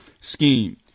scheme